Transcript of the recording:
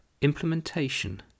Implementation